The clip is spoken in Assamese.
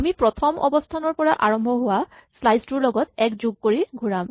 আমি প্ৰথম অৱস্হানৰ পৰা আৰম্ভ হোৱা স্লাইচ টোৰ লগত এক যোগ কৰি ঘূৰাম